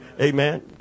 Amen